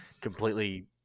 completely